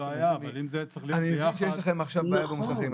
אני מבין שיש לכם בעיה עכשיו במוסכים,